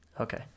Okay